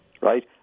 right